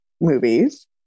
movies